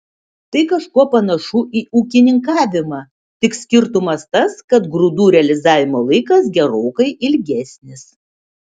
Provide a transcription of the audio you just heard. tai kažkuo panašu į ūkininkavimą tik skirtumas tas kad grūdų realizavimo laikas gerokai ilgesnis